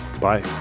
Bye